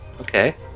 okay